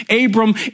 Abram